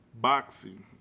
boxing